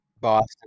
Boston